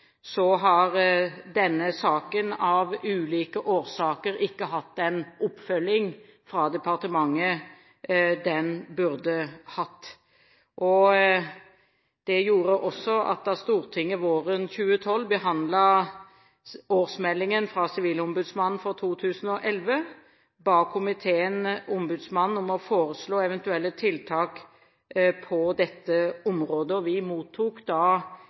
har denne saken av ulike årsaker ikke hatt den oppfølging fra departementet den burde hatt. Det gjorde også at da Stortinget våren 2012 behandlet årsmeldingen fra Sivilombudsmannen for 2011, ba komiteen ombudsmannen om å foreslå eventuelle tiltak på dette området. Vi mottok da